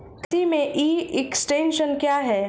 कृषि में e extension क्या है?